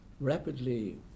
rapidly